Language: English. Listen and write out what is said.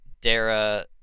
Dara